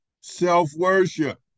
Self-worship